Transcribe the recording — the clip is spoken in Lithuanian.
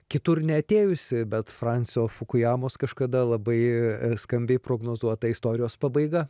kitur neatėjusi bet fransio fukujamos kažkada labai skambiai prognozuota istorijos pabaiga